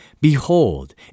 Behold